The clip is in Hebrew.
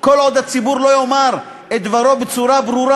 כל עוד הציבור לא יאמר את דברו בצורה ברורה